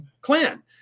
clan